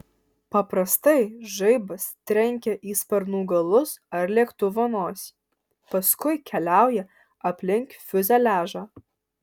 paprastai žaibas trenkia į sparnų galus ar lėktuvo nosį paskui keliauja aplink fiuzeliažą